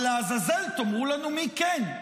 אבל לעזאזל, תאמרו לנו מי כן.